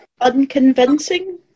Unconvincing